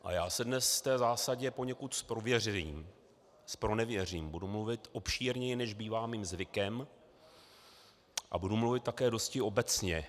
A já se dnes té zásadě poněkud zpronevěřím, budu mluvit obšírněji, než bývá mým zvykem, a budu mluvit také dosti obecně.